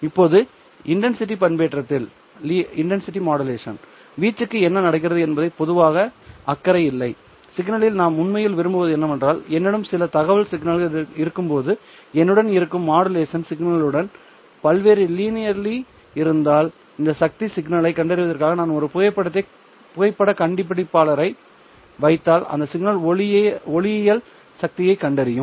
இப்போது இன்டேன்சிட்டி பண்பேற்றத்தில் வீச்சுக்கு என்ன நடக்கிறது என்பதில் பொதுவாக அக்கறை இல்லை சிக்னலில் நாம் உண்மையில் விரும்புவது என்னவென்றால் என்னிடம் சில தகவல் சிக்னல் இருக்கும்போது என்னுடன் இருக்கும் மாடுலேஷன் சிக்னலுடன் பல்வேறு லீனியர்லி இருந்தால் இந்த சக்தி சிக்னலைக் கண்டறிவதற்காக நான் ஒரு புகைப்படக் கண்டுபிடிப்பாளரை வைத்தால் அந்த சிக்னல் ஒளியியல் சக்தியைக் கண்டறியும்